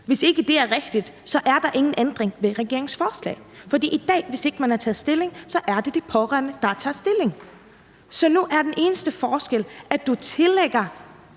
Hvis ikke det er rigtigt, er der ingen ændring ved regeringens forslag. For hvis man i dag ikke har taget stilling, er det de pårørende, der tager stilling. Så nu er den eneste forskel, at du tillægger